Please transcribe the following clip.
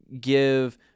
give